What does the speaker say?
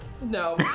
No